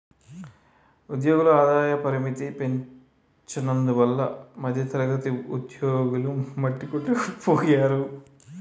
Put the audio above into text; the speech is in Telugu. ఉద్యోగుల ఆదాయ పరిమితికి పెంచనందువల్ల మధ్యతరగతి ఉద్యోగులు మట్టికొట్టుకుపోయారు